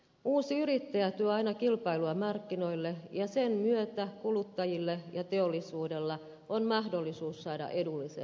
uusi yrittäjä tuo aina kilpailua markkinoille ja sen myötä kuluttajilla ja teollisuudella on mahdollisuus saada edullisempaa sähköä